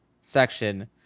section